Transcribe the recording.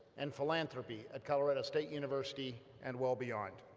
and philanthropy at colorado state university and well beyond.